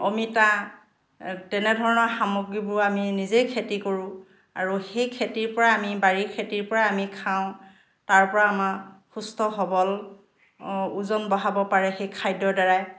অমিতা তেনেধৰণৰ সামগ্ৰীবোৰ আমি নিজেই খেতি কৰোঁ আৰু সেই খেতিৰ পৰা আমি বাৰী খেতিৰ পৰা আমি খাওঁ তাৰপৰা আমাৰ সুস্থ সবল ওজন বঢ়াব পাৰে খাদ্যৰ দ্বাৰাই